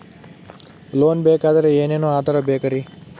Loan ಬೇಕಾದ್ರೆ ಏನೇನು ಆಧಾರ ಬೇಕರಿ?